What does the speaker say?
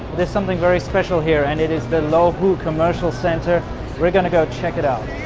there's something very special here, and it is the luohu commercial center we're going to go check it out.